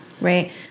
Right